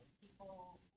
People